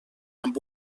amb